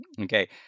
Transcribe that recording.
okay